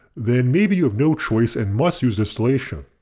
then maybe you have no choice and must use distillation.